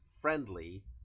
friendly